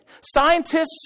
scientists